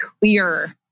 clear